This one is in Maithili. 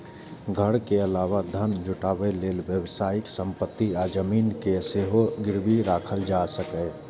घर के अलावा धन जुटाबै लेल व्यावसायिक संपत्ति आ जमीन कें सेहो गिरबी राखल जा सकैए